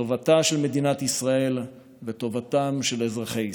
טובתה של מדינת ישראל וטובתם של אזרחי ישראל.